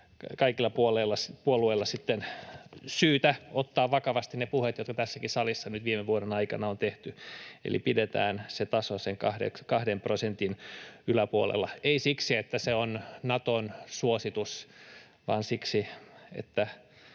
kaikilla puolueilla sitten syytä ottaa vakavasti ne puheet, joita tässäkin salissa nyt viime vuoden aikana on tehty. Eli pidetään se taso sen kahden prosentin yläpuolella — ei siksi, että se on Naton suositus, vaan siksi, että